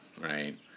right